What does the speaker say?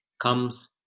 comes